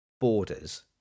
borders